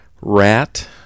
rat